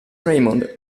raymond